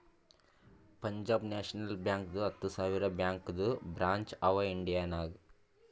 Punjab national ಬ್ಯಾಂಕ್ದು ಹತ್ತ ಸಾವಿರ ಬ್ಯಾಂಕದು ಬ್ರ್ಯಾಂಚ್ ಅವಾ ಇಂಡಿಯಾ ನಾಗ್